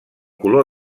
color